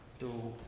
do,